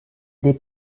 des